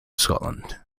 scotland